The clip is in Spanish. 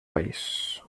país